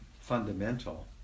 fundamental